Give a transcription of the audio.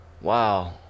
Wow